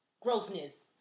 Grossness